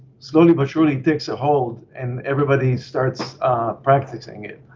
slowly, but surely takes a hold and everybody starts practicing it.